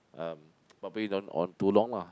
um probably don't on too long lah